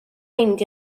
mynd